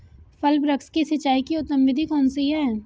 फल वृक्ष की सिंचाई की उत्तम विधि कौन सी है?